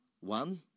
One